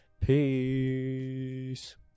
peace